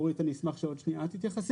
אורית אני אשמח שעוד שנייה את תתייחסי.